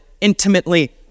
intimately